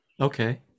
Okay